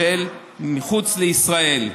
מדובר כאן בהגדרה של "מחוץ לישראל".